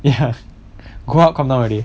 ya go up come down already